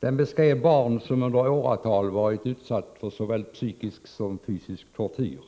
Där beskrevs barn som under åratal varit utsatta för såväl psykisk som fysisk tortyr.